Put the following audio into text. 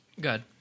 good